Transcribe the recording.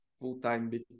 full-time